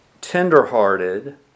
tender-hearted